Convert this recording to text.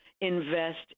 invest